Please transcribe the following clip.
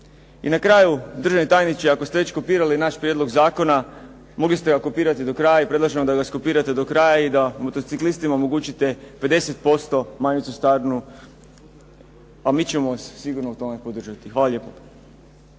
I na kraju, državni tajniče, ako ste već kopirali naš prijedlog zakona, mogli ste ga kopirati do kraja i predlažemo da ga iskopirate do kraja i da motociklistima omogućite 50% manju cestarinu, a mi ćemo vas sigurno u tome podržati. Hvala lijepo.